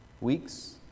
Weeks